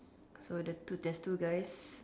so the there's two guys